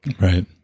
right